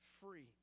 free